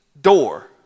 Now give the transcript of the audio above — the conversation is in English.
door